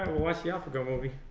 was the alpha go movie